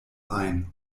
ein